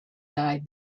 died